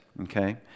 okay